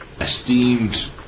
esteemed